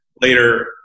later